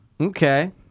Okay